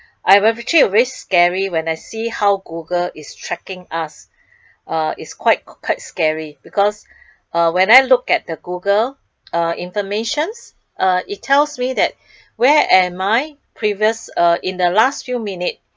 I actually uh very scary when I see how google is tracking us uh it's quite quite scary because uh when I look at the google uh informations uh it tells me that where am I previous uh in last few minute